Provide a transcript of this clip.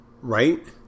Right